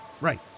right